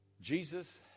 Jesus